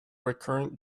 recurrent